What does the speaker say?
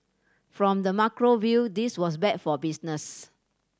from the macro view this was bad for business